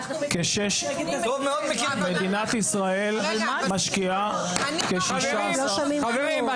מדינת ישראל משקיעה כ-16 --- חברים,